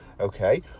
okay